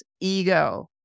ego